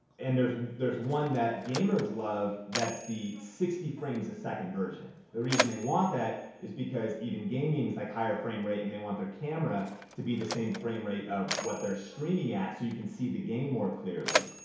and there's there's one that gamers love, that's the sixty frames a second version. the reason they want that is because even gaming's like higher frame rate and they want their camera to be the same frame rate of what they're streaming at, so you can see the game more clearly.